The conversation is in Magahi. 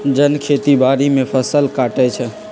जन खेती बाड़ी में फ़सल काटइ छै